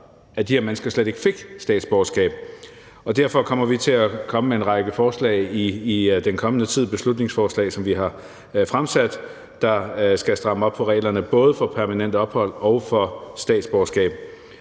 at de her mennesker slet ikke fik statsborgerskab. Derfor kommer vi til at behandle en række beslutningsforslag i den kommende tid – beslutningsforslag, som vi har fremsat – der skal stramme op på reglerne for permanent ophold og for statsborgerskab.